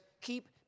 keep